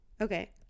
Okay